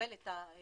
שנקבל את החיסון